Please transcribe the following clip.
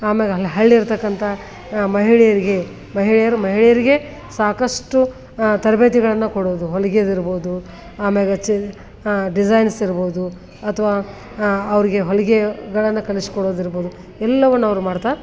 ಆಮೇಗೆ ಹಳ್ ಹಳ್ಳಿಲಿ ಇರತಕ್ಕಂತ ಮಹಿಳೆಯರಿಗೆ ಮಹಿಳೆಯರು ಮಹಿಳೆಯರಿಗೆ ಸಾಕಷ್ಟು ತರಬೇತಿಗಳನ್ನು ಕೊಡುವುದು ಹೊಲಿಗೆದಿರ್ಬೋದು ಆಮೇಗೆ ಚಿ ಡಿಸೈನ್ಸ್ ಇರ್ಬೋದು ಅಥವಾ ಅವರಿಗೆ ಹೊಲಿಗೆಗಳನ್ನು ಕಲಿಸಿಕೊಡೋದಿರ್ಬೋದು ಎಲ್ಲವನ್ನವರು ಮಾಡ್ತಾ